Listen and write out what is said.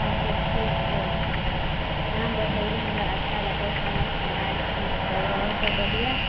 अच्छा ठीक है अहाँ बतैलीह हमरा अच्छा लागल समझमे आयल ठीक है आओर सब बढ़िऑं